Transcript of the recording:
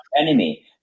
enemy